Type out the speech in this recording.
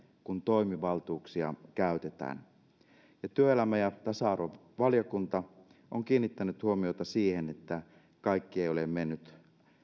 kun toimivaltuuksia käytetään työelämä ja tasa arvovaliokunta on kiinnittänyt huomiota siihen että kaikki ei ole mennyt